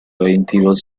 veintidós